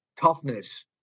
toughness